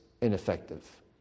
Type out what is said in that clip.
ineffective